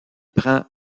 prend